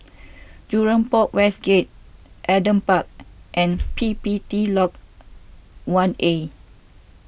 Jurong Port West Gate Adam Park and P P T Lodge one A